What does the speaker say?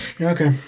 Okay